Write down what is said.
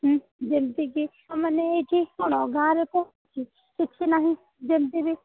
ଉଁ ଯେମିତିକି ମାନେ ଏଠି କ'ଣ ଗାଁରେ ତ କିଛି ନାହିଁ ଯେମିତି ବି